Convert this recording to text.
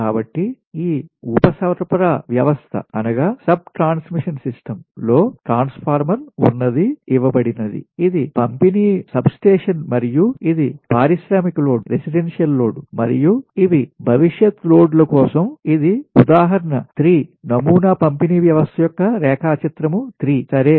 కాబట్టి ఈ ఉప సరఫరా వ్యవస్థ సబ్ ట్రాన్స్ మిషన్ సిస్టమ్ లో ట్రాన్స్ ఫార్మర్ ఉన్నది ఇవ్వబడింది ఇది పంపిణీ సబ్స్టేషన్ మరియు ఇది పారిశ్రామిక లోడ్ రెసిడెన్షియల్ లోడ్ మరియు ఇవి భవిష్యత్ లోడ్ల కోసం ఇది ఉదాహరణ 3 నమూనా పంపిణీ వ్యవస్థ యొక్క రేఖాచిత్రం 3 సరే